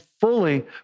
fully